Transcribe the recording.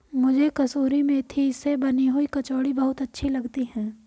मुझे कसूरी मेथी से बनी हुई कचौड़ी बहुत अच्छी लगती है